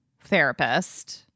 therapist